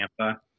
Tampa